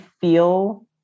feel